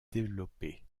développé